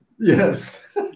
Yes